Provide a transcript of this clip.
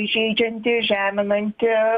įžeidžianti žeminanti